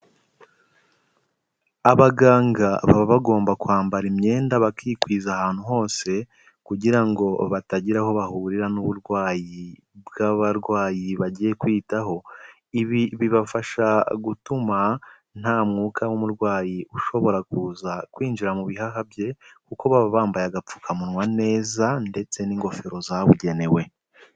Abaganga baba bagomba kwambara imyenda bakikwiza ahantu hose kugira ngo batagira aho bahurira n'uburwayi bw'abarwayi bagiye kwitaho, ibi bibafasha gutuma nta mwuka w'umurwayi ushobora kuza kwinjira mu bihaha bye kuko baba bambaye agapfukamunwa neza ndetse n'ingofero zabugenewe.